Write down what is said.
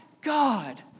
God